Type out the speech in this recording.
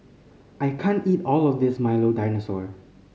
I can't eat all of this Milo Dinosaur